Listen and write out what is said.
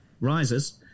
rises